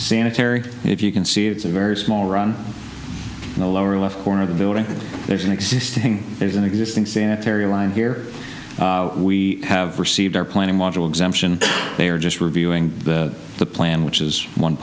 sanitary if you can see it's a very small run in the lower left corner of the building there's an existing there's an existing sanitary line here we have received our planning model exemption they are just reviewing the plan which is one